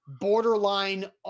borderline